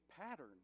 pattern